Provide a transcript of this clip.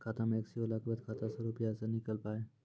खाता मे एकशी होला के बाद खाता से रुपिया ने निकल पाए?